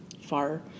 far